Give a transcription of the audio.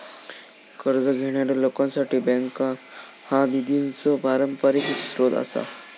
कर्ज घेणाऱ्या लोकांसाठी बँका हा निधीचो पारंपरिक स्रोत आसा